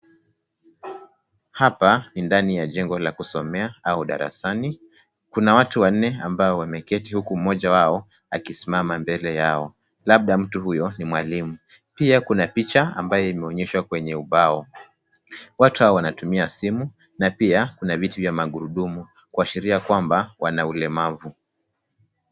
Hapa ni ndani ya jengo la kusomea au darasani. Kuna watu wanne ambao wameketi huku mmoja wao akisimama mbele yao, labda mtu huyo ni mwalimu. Pia kuna picha ambayo imeonyeshwa kwenye ubao. Watu hawa wanatumia simu na pia kuna viti vya magurudumu kuashiria kwamba wana ulemavu.